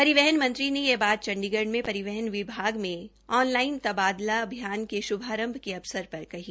परिवहन मंत्री ने यह बात चंडीगढ़ में परिवहन विभाग में ऑनलाइन तबादला अभियान के श्भारंभ के अवसर पर कही